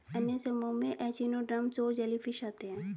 अन्य समूहों में एचिनोडर्म्स और जेलीफ़िश आते है